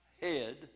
head